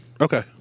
Okay